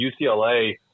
UCLA